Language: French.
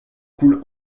coule